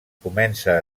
comença